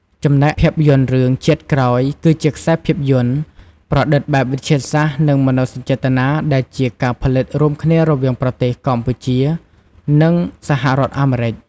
ចំណែកភាពយន្តរឿង ជាតិក្រោយ គឺជាខ្សែភាពយន្ត ប្រឌិតបែបវិទ្យាសាស្ត្រនិងមនោសញ្ចេតនាដែលជាការផលិតរួមគ្នារវាងប្រទេស កម្ពុជា និងសហរដ្ឋអាមេរិក ។